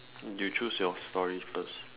you choose your story first